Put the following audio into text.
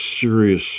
serious